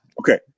Okay